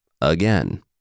Again